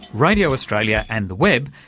radio australia and the web,